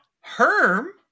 Herm